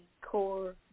core